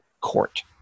court